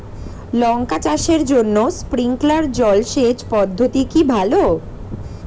লঙ্কা চাষের জন্য স্প্রিংলার জল সেচ পদ্ধতি কি ভালো?